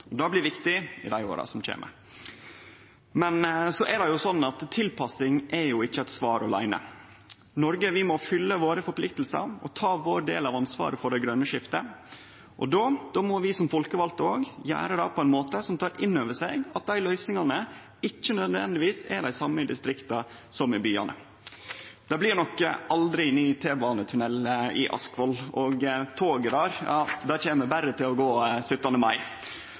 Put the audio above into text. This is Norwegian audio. vårt? Det blir viktig i åra som kjem. Så er det slik at tilpassing er ikkje eit svar åleine. Noreg må fylle sine forpliktingar og ta sin del av ansvaret for det grøne skiftet, og då må vi som folkevalde gjere det på ein måte som tek inn over seg at løysingane ikkje nødvendigvis er dei same i distrikta som i byane. Det blir nok aldri ny T-banetunnel i Askvoll, og toget der kjem berre til å gå